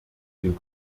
den